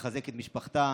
לחזק את משפחתה.